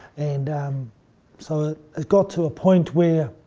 and um so it got to a point where